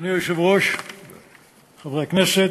אדוני היושב-ראש, חברי הכנסת,